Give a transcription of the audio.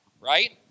right